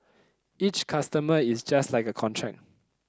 each customer is just like a contract